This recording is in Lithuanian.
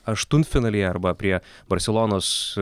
aštuntfinalyje arba prie barselonos